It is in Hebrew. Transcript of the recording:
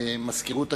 מזכירות הכנסת.